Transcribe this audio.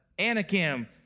Anakim